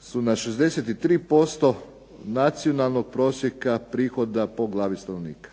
su na 63% nacionalnog prosjeka prihoda po glavi stanovnika.